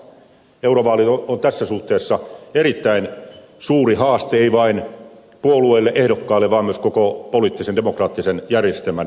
eurovaalit ovat tässä suhteessa erittäin suuri haaste ei vain puolueille ehdokkaille vaan myös koko poliittisen demokraattisen järjestelmän toimivuudelle